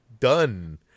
done